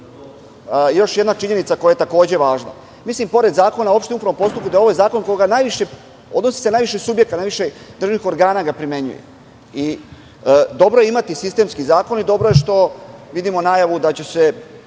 još jedna činjenica koja je takođe važna. Mislim da je pored Zakona o opštem upravnom postupku, ovaj zakon na koji se odnosi najviše subjekata, najviše državnih organa ga primenjuje. Dobro je imati sistemski zakon i dobro je što vidimo najavu da će se